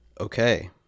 okay